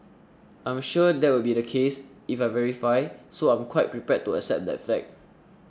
I'm sure that will be the case if I verify so I'm quite prepared to accept that fact